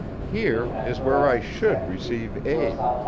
here is where i should receive aid.